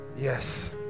Yes